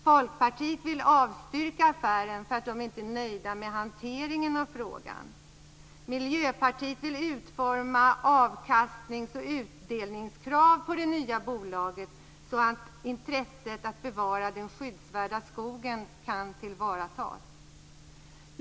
Folkpartiet vill avstyrka affären därför att man inte är nöjd med hanteringen av frågan. Miljöpartiet vill utforma avkastnings och utdelningskrav på det nya bolaget så att intresset för att bevara den skyddsvärda skogen kan tillvaratas.